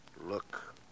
Look